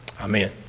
Amen